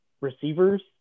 receivers